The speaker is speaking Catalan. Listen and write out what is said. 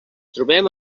trobem